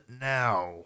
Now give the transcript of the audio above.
now